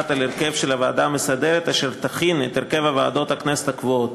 על הרכב הוועדה המסדרת אשר תכין את הרכב ועדות הכנסת הקבועות.